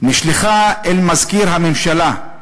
אל מזכיר הממשלה.